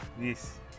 Yes